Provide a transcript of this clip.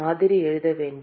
மாதிரி எழுத வேண்டும்